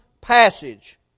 passage